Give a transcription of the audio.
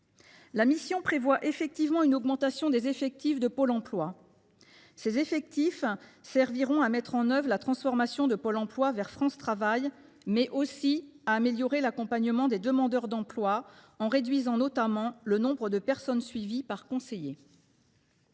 La mission prévoit en effet une augmentation des effectifs de Pôle emploi. Ces effectifs serviront à mettre en œuvre la transformation de Pôle emploi en France Travail, mais aussi à améliorer l’accompagnement des demandeurs d’emploi, en réduisant notamment le nombre de personnes suivies par conseiller.